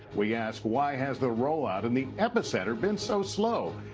we ask why has the rollout in the epicenter been so slow.